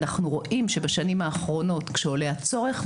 אנחנו רואים שבשנים האחרונות כשעולה הצורך,